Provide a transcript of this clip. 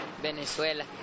Venezuela